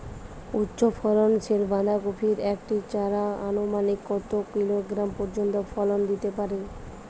উচ্চ ফলনশীল বাঁধাকপির একটি চারা আনুমানিক কত কিলোগ্রাম পর্যন্ত ফলন দিতে পারে?